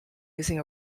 using